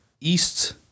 East